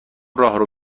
راهرو